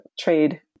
trade